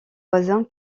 voisin